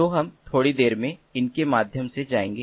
तो हम थोड़ी देर में इसके माध्यम से जाएंगे